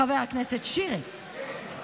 חבר הכנסת שירי,